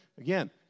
Again